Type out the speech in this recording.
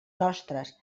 nostres